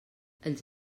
els